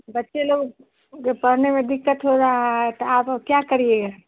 बच्चे लोग के पढ़ने में दिक्कत हो रहा है त आब क्या करिएगा